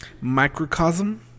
Microcosm